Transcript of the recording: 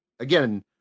Again